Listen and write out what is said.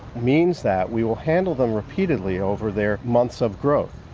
means that we will handle them repeatedly over their months of growth.